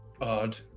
odd